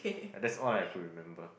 ya that's all I could remember